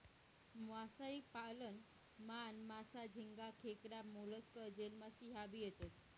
मासोई पालन मान, मासा, झिंगा, खेकडा, मोलस्क, जेलीमासा ह्या भी येतेस